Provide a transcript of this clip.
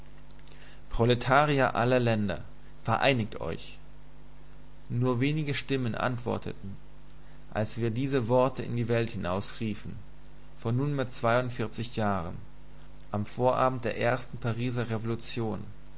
proletarier aller länder vereinigt euch nur wenige stimmen antworteten als wir diese worte in die welt hinausriefen vor nunmehr jahren am vorabend der ersten pariser revolution